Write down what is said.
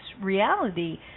reality